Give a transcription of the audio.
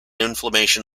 inflammation